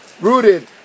rooted